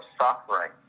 suffering